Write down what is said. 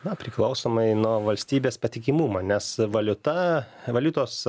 na priklausomai nuo valstybės patikimumo nes valiuta valiutos